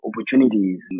opportunities